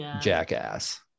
Jackass